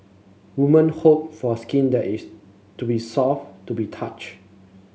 woman hope for skin that is to be soft to be touch